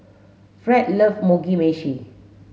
Fred love Mugi meshi